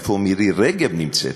איפה מירי רגב נמצאת?